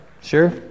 Sure